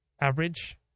average